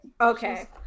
Okay